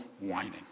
whining